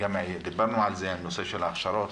גם דיברנו על נושא ההכשרות.